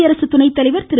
குடியரசு துணைத்தலைவர் திரு